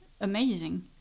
amazing